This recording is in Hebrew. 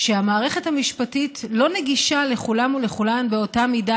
שהמערכת המשפטית לא נגישה לכולם ולכולן באותה מידה,